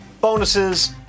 bonuses